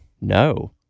No